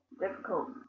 Difficult